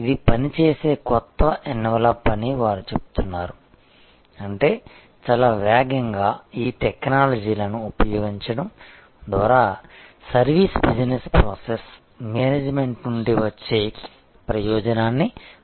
ఇది పనిచేసే కొత్త ఎన్వలప్ అని వారు చెప్తున్నారు అంటే చాలా వేగంగా ఈ టెక్నాలజీలను ఉపయోగించడం ద్వారా సర్వీస్ బిజినెస్ ప్రాసెస్ మేనేజ్మెంట్ నుండి వచ్చే ప్రయోజనాన్ని మనం చూస్తాము